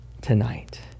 tonight